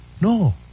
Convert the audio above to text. No